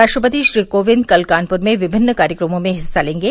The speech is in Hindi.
राष्ट्रपति श्री कोविंद कल कानपुर में विभिन्न कार्यक्रमों में हिस्सा लेंगे